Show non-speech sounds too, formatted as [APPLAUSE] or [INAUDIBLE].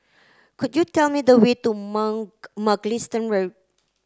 could you tell me the way to [UNINTELLIGIBLE] Mugliston Road